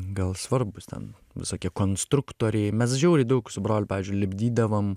gal svarbūs ten visokie konstruktoriai mes žiauriai daug su broliu pavyzdžiui lipdydavom